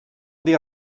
dir